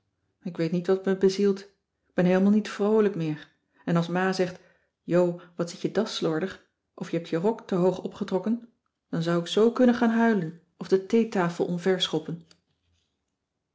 ik weet niet wat me bezielt k ben heelemaal niet vroolijk meer en als ma zegt jo wat zit je das slordig of je hebt je rok te hoog opgetrokken dan zou ik zoo kunnen gaan huilen of de